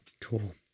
cool